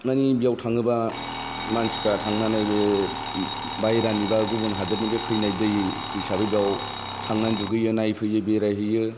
नों बेयाव थाङोबा मानसिफ्रा थांनानै बे बाहेरानि बा गुबुन हादरनि बे फैनाय दै हिसाबै बेयाव थांनानै दुगैयो नायफैयो बेरायहैयो